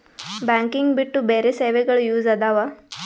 Banking ಬಿಟ್ಟು ಬೇರೆ ಸೇವೆಗಳು ಯೂಸ್ ಇದಾವ?